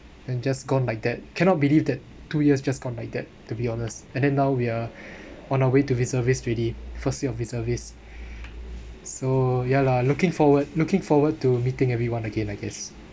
and just gone like that cannot believe that two years just gone like that to be honest and then now we're on our way to the be reservist already first year of reservist so ya lah looking forward looking forward to meeting everyone again I guess